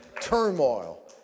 turmoil